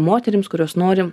moterims kurios norim